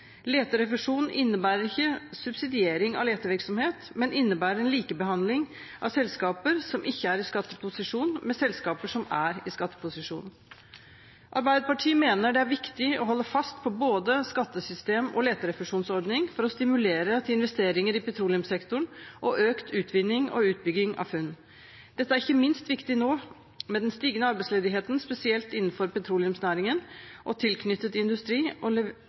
innebærer ikke subsidiering av letevirksomhet, men innebærer en likebehandling av selskaper som ikke er i skatteposisjon, med selskaper som er i skatteposisjon. Arbeiderpartiet mener det er viktig å holde fast på både skattesystem og leterefusjonsordning for å stimulere til investeringer i petroleumssektoren og økt utvinning og utbygging av funn. Dette er ikke minst viktig nå med den stigende arbeidsledigheten spesielt innenfor petroleumsnæringen og tilknyttet industri og